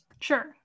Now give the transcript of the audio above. Sure